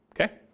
okay